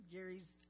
Gary's